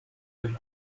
euch